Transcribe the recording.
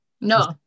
No